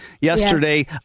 yesterday